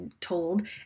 told